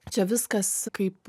čia viskas kaip